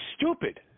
stupid